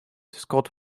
scott